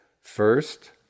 First